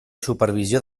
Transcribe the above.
supervisió